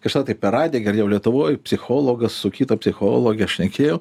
kažkada tai per radiją girdėjau lietuvoj psichologas su kita psichologe šnekėjo